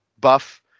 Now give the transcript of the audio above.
buff